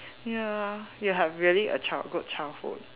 ya you have really child a good childhood